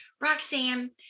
Roxanne